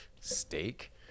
steak